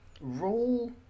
Roll